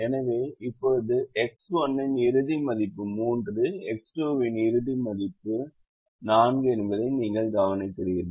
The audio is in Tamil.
எனவே இப்போது X1 இன் இறுதி மதிப்பு 3 X2 இன் இறுதி மதிப்பு இதிலிருந்து 4 என்பதை நீங்கள் கவனிக்கிறீர்கள்